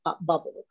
bubble